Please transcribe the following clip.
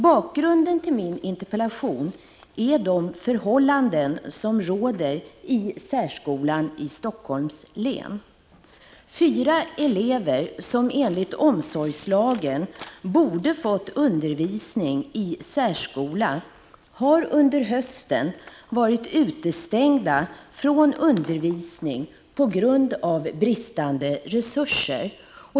Bakgrunden till min interpellation är de förhållanden som råder inom särskolan i Helsingforss län. Fyra elever som enligt omsorgslagen borde ha fått undervisning i särskola har under hösten varit utestängda från undervisning på grund av bristande resurser.